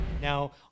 Now